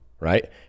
right